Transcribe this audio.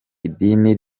idini